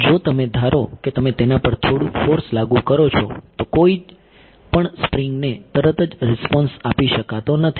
જો તમે ધારો કે તમે તેના પર થોડું ફોર્સ લાગુ કરો છો તો કોઈ પણ સ્પ્રિંગને તરત જ રિસ્પોન્સ આપી શકાતો નથી